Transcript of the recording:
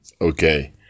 okay